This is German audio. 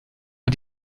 man